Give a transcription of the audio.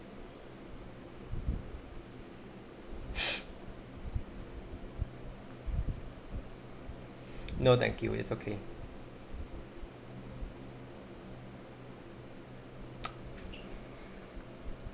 no thank you it's okay